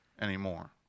anymore